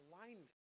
alignment